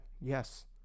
Yes